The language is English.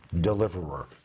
deliverer